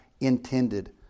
intended